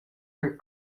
per